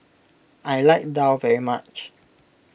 I like Daal very much